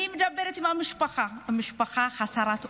אני מדברת עם המשפחה, והמשפחה חסרת אונים.